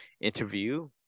interview